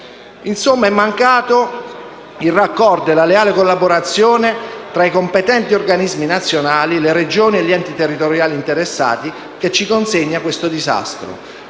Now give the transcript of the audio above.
Insomma, sono mancati il raccordo e la leale collaborazione tra i competenti organismi nazionali, le Regioni e gli enti territoriali interessati, che ci consegnano questo disastro.